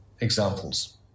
examples